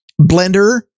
Blender